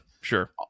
sure